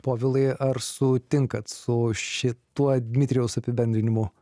povilai ar sutinkat su šituo dmitrijaus apibendrinimu